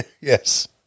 Yes